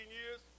years